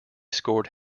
scored